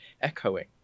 echoing